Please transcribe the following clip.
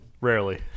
rarely